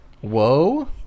Whoa